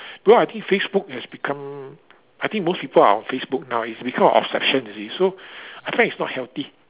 though I think Facebook has become I think most people are on Facebook now is because of obsession you see so I find it's not healthy